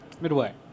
Midway